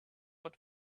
but